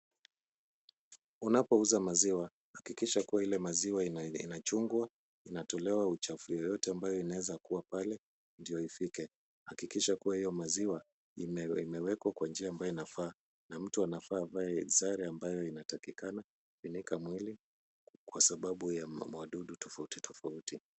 Unapouza maziwa, hakikisha kuwa ile maziwa inachungwa, inatolewa uchafu yoyote ambayo inaweza kuwa pale ndio ifike. Hakikisha kuwa hiyo maziwa imewekwa kwa njia ambayo inafaa na mtu anafaa avae sare ambayo inatakikana kufunika mwili kwa sababu ya wadudu tofauti tofauti.